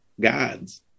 gods